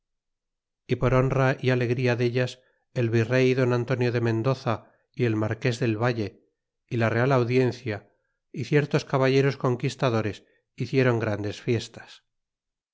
y por honra y alegria dellas el virey don antonio de mendoza y el marqués del valle y la real audiencia y ciertos caballeros conquistadores hicieron grandes fiestas